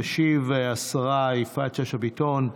תשיב השרה יפעת שאשא ביטון.